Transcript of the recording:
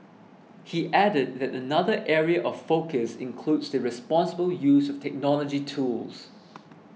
he added that another area of focus includes the responsible use of technology tools